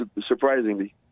surprisingly